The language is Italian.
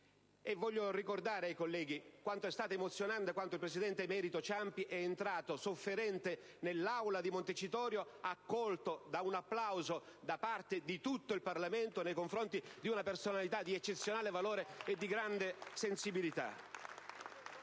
Voglio ricordare ai colleghi quanto è stato emozionante quando il presidente emerito Ciampi è entrato, sofferente, nell'Aula di Montecitorio accolto da un applauso da parte di tutto il Parlamento nei confronti di una personalità di eccezionale valore e di grande sensibilità.